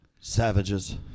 savages